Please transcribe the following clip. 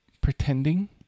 pretending